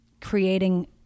creating